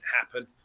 happen